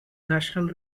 national